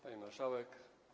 Pani Marszałek!